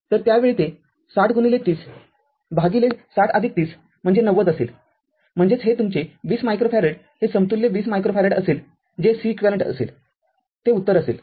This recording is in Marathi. तर त्यावेळी ते ६०३० भागिले ६०३० म्हणजे ९० असेलम्हणजेचहे तुमचे २० मायक्रोफॅरेड हे समतुल्य २० मायक्रोफॅरेड असेल जे Ceq असेलते उत्तर असेल